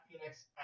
Phoenix